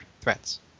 threats